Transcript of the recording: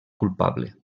culpable